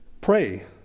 pray